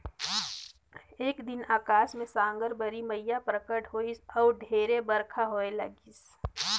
एक दिन अकास मे साकंबरी मईया परगट होईस अउ ढेरे बईरखा होए लगिस